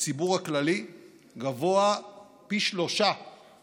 בציבור הכללי גבוה פי שלושה